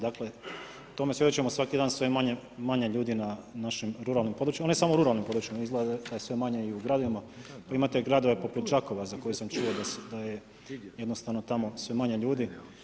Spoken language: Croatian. Dakle, tome svjedočimo svaki dan sve manje je ljudi na našim ruralnim područjima, ne samo u ruralnim područjima, izgleda da je sve manje i u gradovima, pa imate gradove poput Đakova za koje sam čuo da je jednostavno tamo sve manje ljudi.